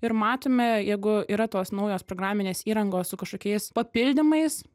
ir matome jeigu yra tos naujos programinės įrangos su kažkokiais papildymais